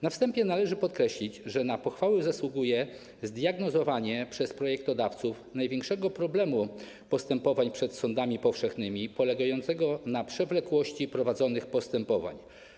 Na wstępie należy podkreślić, że na pochwały zasługuje zdiagnozowanie przez projektodawców największego problemu postępowań przed sądami powszechnymi polegającego na przewlekłości prowadzonych postępowań.